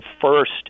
first